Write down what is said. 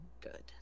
good